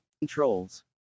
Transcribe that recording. Controls